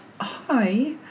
Hi